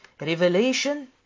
revelation